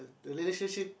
the relationship